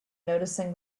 noticing